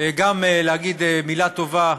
גם להגיד מילה טובה,